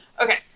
Okay